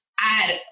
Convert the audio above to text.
add